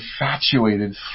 infatuated